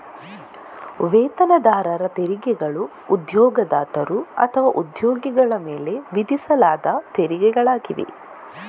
ವೇತನದಾರರ ತೆರಿಗೆಗಳು ಉದ್ಯೋಗದಾತರು ಅಥವಾ ಉದ್ಯೋಗಿಗಳ ಮೇಲೆ ವಿಧಿಸಲಾದ ತೆರಿಗೆಗಳಾಗಿವೆ